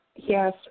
Yes